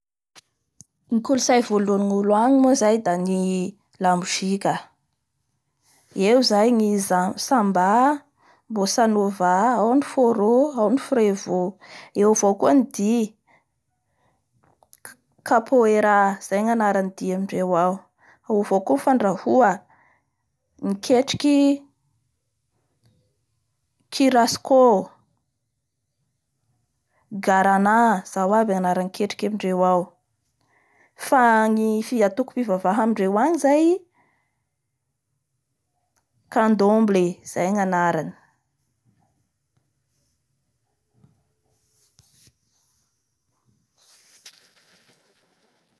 Ny kolontsay voalohan'ny olo agny zay da ny lamozika ea zay ny samba, votsanova, ao ny foro, ao ny frevo eo avao koa ny dihy ka-kapoera izay ny anaran'ny dihy amindreo ao.